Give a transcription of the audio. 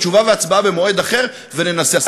תשובה והצבעה במועד אחר וננסה.